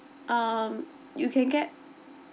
um you can get